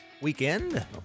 weekend